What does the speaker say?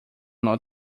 not